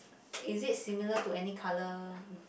is it similar to any colour